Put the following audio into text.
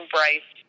Bryce